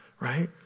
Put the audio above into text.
right